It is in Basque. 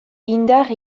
indar